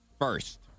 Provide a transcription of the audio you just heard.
first